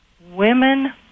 women